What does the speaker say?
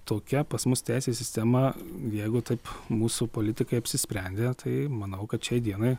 tokia pas mus teisės sistema jeigu taip mūsų politikai apsisprendė tai manau kad šiai dienai